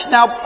Now